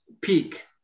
peak